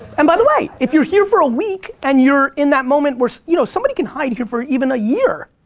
and by the way, if you're here for a week and you're in that moment, so you know somebody can hide you for even a year.